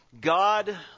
God